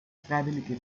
freiwillige